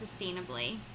sustainably